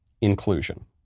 inclusion